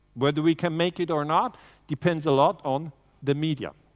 whether we can make it or not depends a lot on the media.